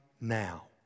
now